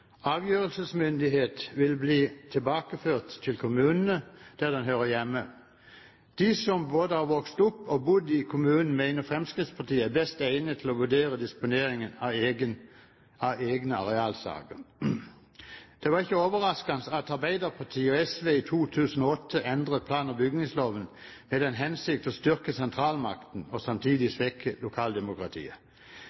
Avgjørelsesmyndighet vil bli tilbakeført til kommunene der den hører hjemme. Fremskrittspartiet mener at de som både har vokst opp og bodd i kommunen, er best egnet til å vurdere disponeringen av egne arealsaker. Det var ikke overraskende at Arbeiderpartiet og SV i 2008 endret plan- og bygningsloven med den hensikt å styrke sentralmakten og samtidig